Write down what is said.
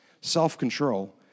self-control